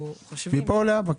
מפה להבא.